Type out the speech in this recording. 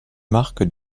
marque